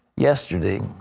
yesterday.